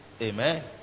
amen